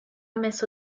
messo